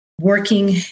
working